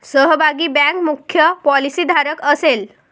सहभागी बँक मुख्य पॉलिसीधारक असेल